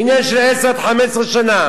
עניין של עשר, 15 שנה.